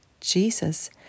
Jesus